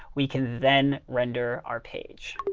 we can then render our page.